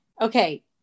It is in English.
okay